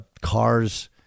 cars